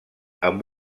amb